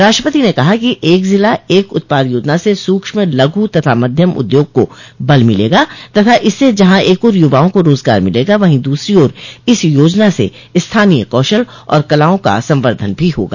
राष्ट्रपति ने कहा कि एक जिला एक उत्पाद योजना से सूक्ष्म लघु तथा मध्यम उद्योग को बल मिलेगा तथा इससे जहां एक ओर युवाओं को रोजगार मिलेगा वहीं दूसरी ओर इस योजना से स्थानीय कौशल और कलाओं का संवर्द्वन भी होगा